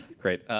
great.